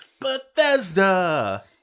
Bethesda